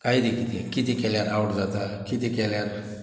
कायदे कितें कितें केल्यार आवट जाता कितें केल्यार